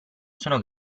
sono